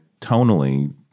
tonally